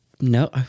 No